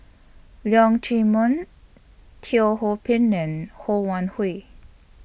Leong Chee Mun Teo Ho Pin and Ho Wan Hui